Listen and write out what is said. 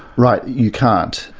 right. you can't.